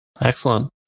Excellent